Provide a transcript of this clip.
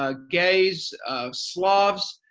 ah gays um slavs,